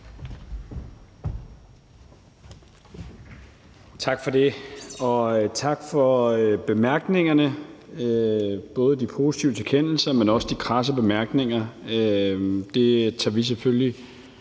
Tak for det, og tak for bemærkningerne, både de positive tilkendegivelser, men også de krasse bemærkninger. Det tager vi selvfølgelig